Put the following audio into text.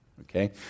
Okay